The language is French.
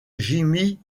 jimmy